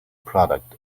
product